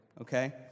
Okay